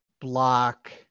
block